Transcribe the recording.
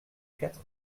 quatre